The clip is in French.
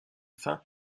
fin